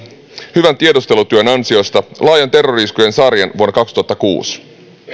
hyvän tiedustelutyön ansiosta laajan terrori iskujen sarjan vuonna kaksituhattakuusi